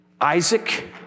Isaac